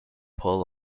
pull